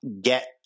get